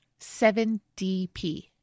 7DP